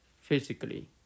Physically